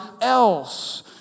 else